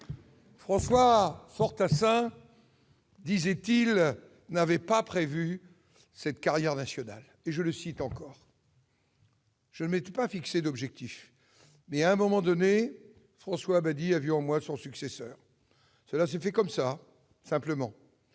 François Fortassin n'avait pas prévu de mener cette carrière nationale. Je le cite :« Je ne m'étais pas fixé d'objectif, mais, à un moment donné, François Abadie a vu en moi son successeur. Cela s'est fait comme ça, simplement.